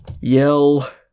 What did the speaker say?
yell